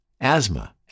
asthma